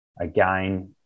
again